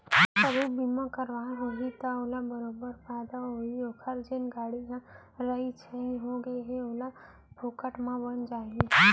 कभू बीमा करवाए होही त ओला बरोबर फायदा होही ओकर जेन गाड़ी ह राइ छाई हो गए हे ओहर फोकट म बन जाही